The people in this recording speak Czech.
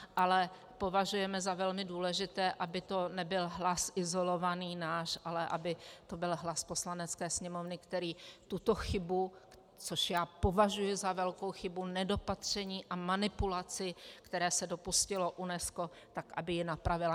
Ale považujeme za velmi důležité, aby to nebyl hlas izolovaný náš, ale aby to byl hlas Poslanecké sněmovny, který tuto chybu, což já považuji za velkou chybu, nedopatření a manipulaci, které se dopustilo UNESCO, tak aby ji napravila.